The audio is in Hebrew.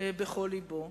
בכל לבו.